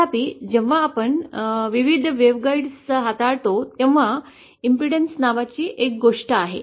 तथापि जेव्हा आपण विविध वेव्हगॉइड्स हाताळतो तेव्हा इम्पेडन्स नावाची एक गोष्ट आहे